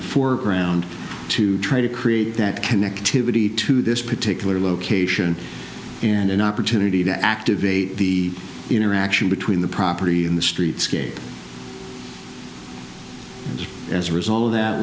the foreground to try to create that connectivity to this particular location and an opportunity to activate the interaction between the property in the street scape as a result of that